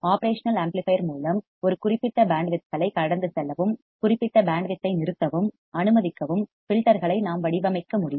operational amplifier மூலம் ஒரு குறிப்பிட்ட பேண்ட் வித்களை கடந்து செல்லவும் குறிப்பிட்ட பேண்ட் வித் ஐ நிறுத்தவும் அனுமதிக்கவும் ஃபில்டர் களை நாம் வடிவமைக்க முடியும்